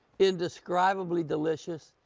indescribably delicious.